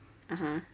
(uh huh)